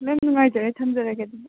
ꯃꯦꯝ ꯅꯨꯡꯉꯥꯏꯖꯔꯦ ꯊꯝꯖꯔꯒꯦ ꯑꯗꯨꯗꯤ